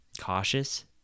cautious